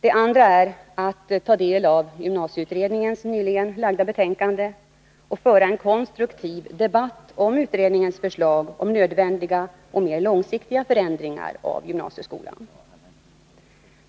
Den andra är att ta del av gymnasieutredningens nyligen framlagda betänkande och föra en konstruktiv debatt om utredningens förslag om nödvändiga och mer långsiktiga förändringar av gymnasieskolan.